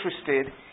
interested